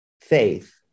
faith